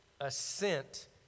assent